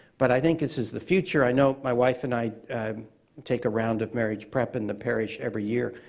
but i think this is the future. i know my wife and i and take a round of marriage prep in the parish every year.